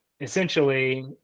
essentially